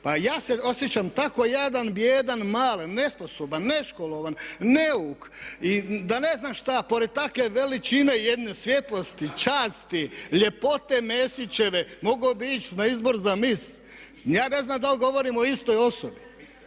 pa ja se osjećam tako jadan, bijedan, malen, nesposoban, neškolovan, neuk i da ne znam šta pored take veličine jedne svjetlosti, časti, ljepote Mesićeve. Mogao bi ić na izbor za miss. Ja ne znam da li govorimo o istoj osobi?